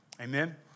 Amen